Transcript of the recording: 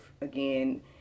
again